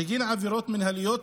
בגין עבירות מינהליות